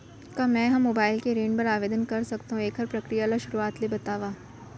का मैं ह मोबाइल ले ऋण बर आवेदन कर सकथो, एखर प्रक्रिया ला शुरुआत ले बतावव?